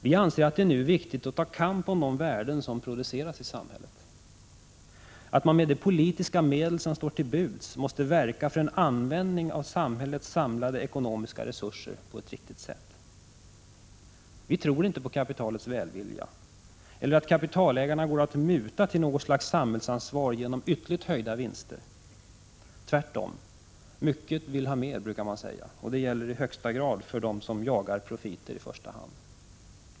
Vi anser att det nu är viktigt att man tar upp kampen för de värden som produceras i samhället och att man med de politiska medel som står till buds måste verka för en användning av samhällets samlade ekonomiska resurser på ett riktigt sätt. Vi tror inte på kapitalets välvilja eller på att kapitalägarna går att muta till något slags samhällsansvar genom ytterligare höjda vinster. Tvärtom, mycket vill ha mer, brukar man säga. Det gäller i högsta grad för dem som i första hand jagar profiter.